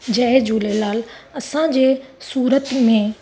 जय झूलेलाल असांजे सूरत में